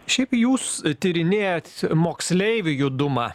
šiaip jūs tyrinėjat moksleivių judumą